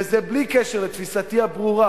וזה בלי קשר לתפיסתי הברורה,